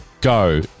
Go